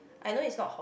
I know it's not Hokk~